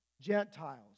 Gentiles